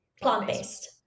plant-based